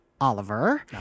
Oliver